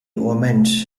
omens